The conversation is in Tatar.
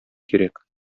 кирәк